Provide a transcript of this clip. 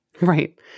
Right